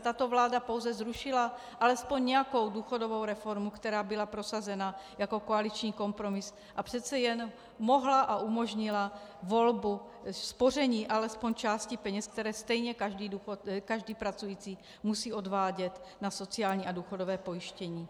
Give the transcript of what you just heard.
Tato vláda pouze zrušila alespoň nějakou důchodovou reformu, která byla prosazena jako koaliční kompromis a přece jen mohla a umožnila volbu spoření alespoň části peněz, které stejně každý pracující musí odvádět na sociální a důchodové pojištění.